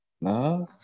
No